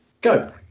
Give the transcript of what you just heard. go